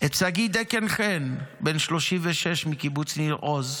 את שגיא דקל חן, בן 36 מקיבוץ ניר עוז,